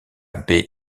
baie